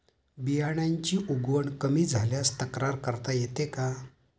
बियाण्यांची उगवण कमी झाल्यास तक्रार करता येते का?